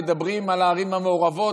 מדברים על הערים המעורבות,